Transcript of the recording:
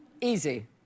Easy